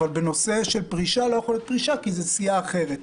אבל בנושא של פרישה לא יכולה להיות פרישה כי זאת סיעה אחרת.